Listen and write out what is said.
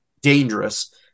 Dangerous